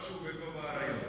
למרות שהוא בגוב האריות.